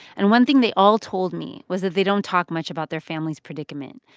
and one thing they all told me was that they don't talk much about their family's predicament.